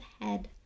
head